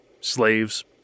slaves